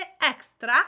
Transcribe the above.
extra